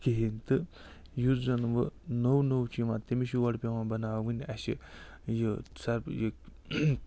کِہیٖنۍ تہٕ یُس زَنہٕ وۄنۍ نو نو چھِ یِوان تٔمِس چھِ گۄڈٕ پٮ۪وان بناوٕنۍ اَسہِ یہِ یہِ